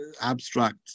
abstract